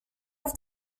have